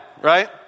right